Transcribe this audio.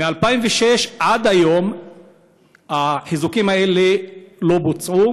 מ-2006 עד היום החיזוקים האלה לא בוצעו.